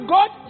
God